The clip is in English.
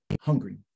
hungry